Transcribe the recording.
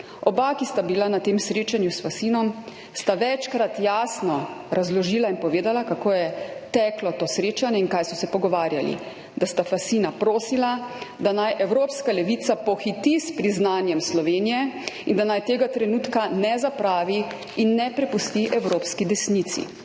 Oba, ki sta bila na tem srečanju s Fassinom, sta večkrat jasno razložila in povedala, kako je teklo to srečanje in kaj so se pogovarjali, da sta Fassina prosila, da naj evropska levica pohiti s priznanjem Slovenije in da naj tega trenutka ne zapravi in ne prepusti evropski desnici.